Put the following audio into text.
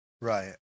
Right